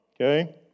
okay